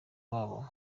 babo